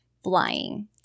flying